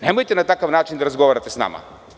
Nemojte na takav način da razgovarate sa nama.